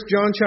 John